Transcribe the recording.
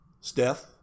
Steph